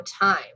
time